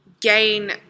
gain